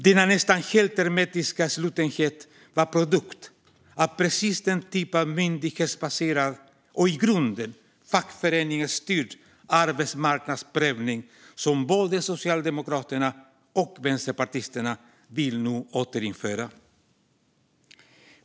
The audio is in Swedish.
Denna nästan helt hermetiska slutenhet var en produkt av precis den typ av myndighetsbaserad och i grunden fackföreningsstyrd arbetsmarknadsprövning som både socialdemokrater och vänsterpartister nu vill återinföra.